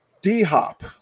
D-Hop